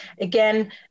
again